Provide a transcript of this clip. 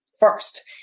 First